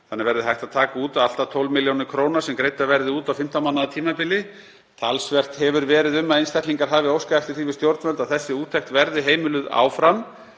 þannig hægt verði að taka út allt að 12 millj. kr. sem greiddar verði út á 15 mánaða tímabili. Talsvert hefur verið um að einstaklingar hafi óskað eftir því við stjórnvöld að þessi úttekt verði heimiluð áfram.